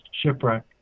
shipwreck